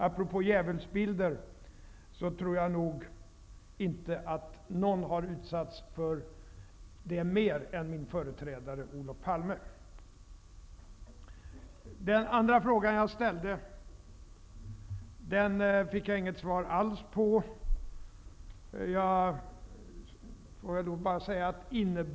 Apropå djävulsbilder: Jag tror inte att någon har utsatts för sådant mer än min företrädare Olof Jag fick inte något svar alls på min andra fråga som jag ställde.